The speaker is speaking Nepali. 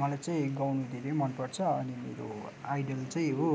मलाई चाहिँ गाउनु धेरै मनपर्छ अनि मेरो आइडल चाहिँ हो